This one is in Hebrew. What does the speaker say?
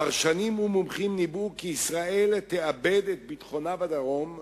פרשנים ומומחים ניבאו כי ישראל תאבד את ביטחונה בדרום,